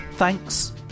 Thanks